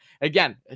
again